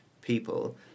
people